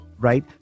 Right